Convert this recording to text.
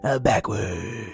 backwards